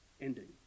ending